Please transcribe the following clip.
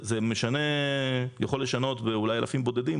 זה יכול לשנות אולי באלפים בודדים,